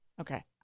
Okay